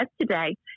today